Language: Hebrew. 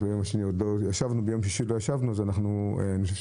ביום שישי לא ישבנו ואני חושב שאנחנו